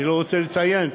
אני לא רוצה לציין,